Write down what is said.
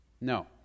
No